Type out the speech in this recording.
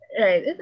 Right